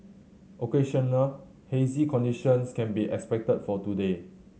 occasional hazy conditions can be expected for today